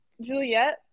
Juliet